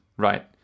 Right